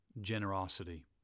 Generosity